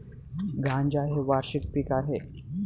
गांजा हे वार्षिक पीक आहे